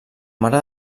mare